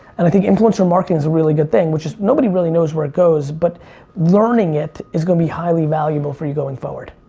and i think influencer marketing's a really good thing which is, nobody really knows where it goes but learning it is gonna be highly valuable for you going forward.